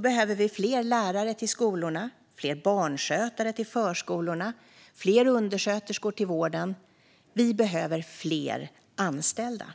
behöver vi fler lärare till skolorna, fler barnskötare till förskolorna och fler undersköterskor till vården; vi behöver fler anställda.